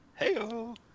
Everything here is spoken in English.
Heyo